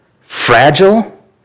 fragile